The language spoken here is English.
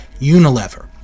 Unilever